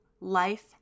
Life